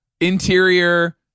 Interior